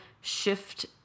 shift